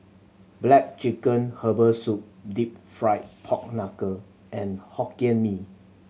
black chicken herbal soup Deep Fried Pork Knuckle and Hokkien Mee